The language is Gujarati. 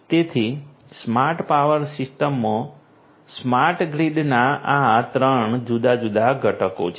તેથી સ્માર્ટ પાવર સિસ્ટમમાં સ્માર્ટ ગ્રીડના આ 3 જુદા જુદા ઘટકો છે